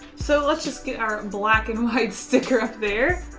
so let's just get our black and white sticker up there.